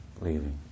leaving